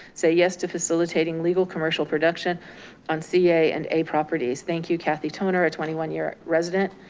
say yes to facilitating legal commercial production on ca and a properties. thank you kathy turner, a twenty one year resident.